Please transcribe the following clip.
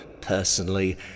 personally